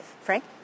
Frank